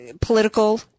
political